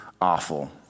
awful